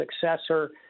successor